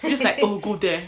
he will just like oh go there